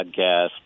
podcast